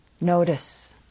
notice